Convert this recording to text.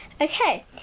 Okay